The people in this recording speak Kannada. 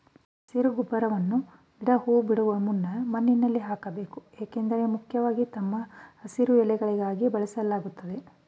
ಹಸಿರು ಗೊಬ್ಬರವನ್ನ ಗಿಡ ಹೂ ಬಿಡುವ ಮುನ್ನ ಮಣ್ಣಲ್ಲಿ ಹಾಕ್ಬೇಕು ಏಕೆಂದ್ರೆ ಮುಖ್ಯವಾಗಿ ತಮ್ಮ ಹಸಿರು ಎಲೆಗಳಿಗಾಗಿ ಬೆಳೆಸಲಾಗ್ತದೆ